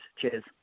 Cheers